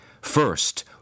First